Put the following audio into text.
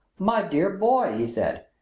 my dear boy, he said,